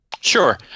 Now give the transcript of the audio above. Sure